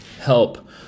help